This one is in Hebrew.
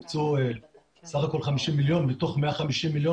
הוקצו סה"כ 50 מיליון מתוך 150 מיליון